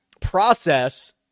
process